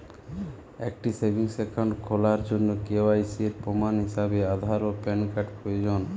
একটি savings account খোলার জন্য কে.ওয়াই.সি এর প্রমাণ হিসাবে আধার ও প্যান কার্ড প্রয়োজন